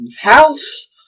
House